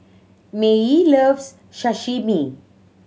Maye loves Sashimi